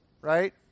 right